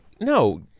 no